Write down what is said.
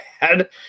bad